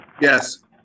Yes